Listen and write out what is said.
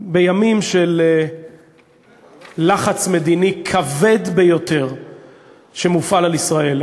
בימים של לחץ מדיני כבד ביותר שמופעל על ישראל.